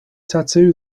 tattoo